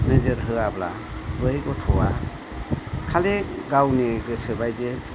नोजोर होयाब्ला बै गथ'आ खालि गावनि गोसोबायदियै